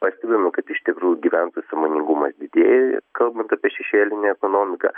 pastebime kad iš tikrų gyventojų sąmoningumas didėja kalbant apie šešėlinę ekonomiką